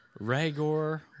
Ragor